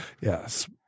Yes